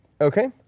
Okay